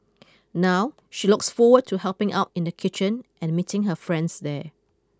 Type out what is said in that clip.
now she looks forward to helping out in the kitchen and meeting her friends there